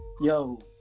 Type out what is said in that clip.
yo